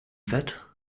that